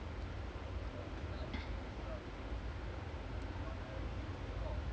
ya even like also from a lot of players lah